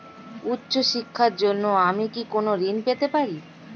উচ্চশিক্ষার জন্য আমি কি কোনো ঋণ পেতে পারি?